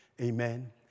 amen